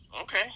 Okay